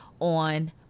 on